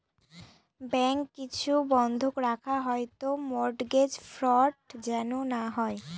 bank কিছু বন্ধক রাখা হয় তো মর্টগেজ ফ্রড যেন না হয়